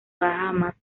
bahamas